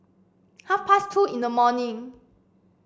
half past two in the morning